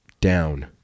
down